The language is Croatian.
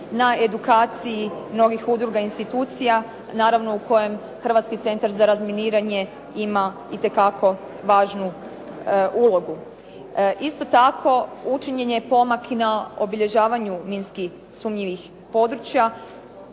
na edukaciji mnogih udruga i institucija, naravno u kojem Hrvatski centar za razminiranje ima itekako važnu ulogu. Isto tako, učinjen je pomak i na obilježavanju minsko sumnjivih područja.